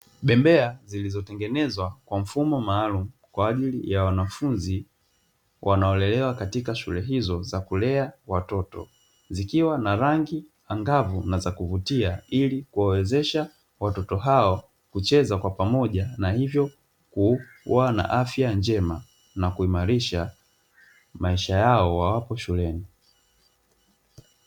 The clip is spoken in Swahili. Bembea zilizotengenezwa kwa mfumo maalumu, kwa ajili ya wanafunzi wanaolelewa katika shule hizo za kulea watoto, zikiwa na rangi angavu na za kuvutia ili kuwawezesha watoto hao kucheza kwa pamoja , na hivyo kuwa na afya njema na kuimarisha maisha yao wawapo shuleni.